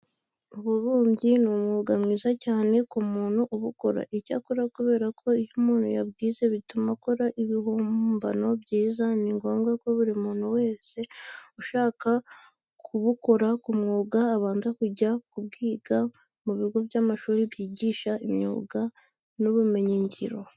Ububumbyi ni umwuga mwiza cyane ku muntu ubukora. Icyakora kubera ko iyo umuntu yabwize bituma akora ibibumbano byiza, ni ngombwa ko buri muntu wese ushaka kubukora nk'umwuga abanza kujya kubwiga mu bigo by'amashuri byigisha imyuga n'ubumenyingiro.